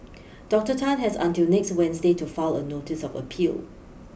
Doctor Tan has until next Wednesday to file a notice of appeal